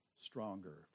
stronger